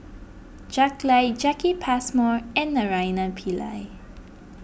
Jack Lai Jacki Passmore and Naraina Pillai